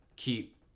keep